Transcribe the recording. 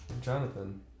Jonathan